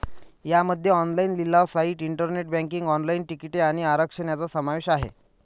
यामध्ये ऑनलाइन लिलाव site, internet banking, online तिकिटे आणि आरक्षण यांचा समावेश आहे